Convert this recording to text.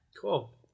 Cool